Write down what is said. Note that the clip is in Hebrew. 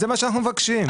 זה מה שאנחנו מבקשים.